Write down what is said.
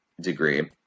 degree